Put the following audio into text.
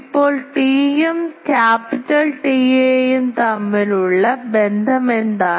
ഇപ്പോൾ ടി യും ക്യാപിറ്റൽ TAയും തമ്മിലുള്ള ബന്ധം എന്താണ്